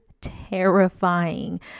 terrifying